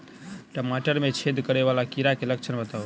टमाटर मे छेद करै वला कीड़ा केँ लक्षण बताउ?